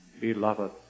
beloved